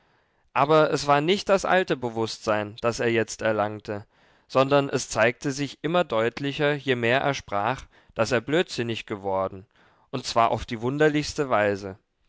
aber es war nicht das alte bewußtsein das er jetzt erlangte sondern es zeigte sich immer deutlicher je mehr er sprach daß er blödsinnig geworden und zwar auf die wunderlichste weise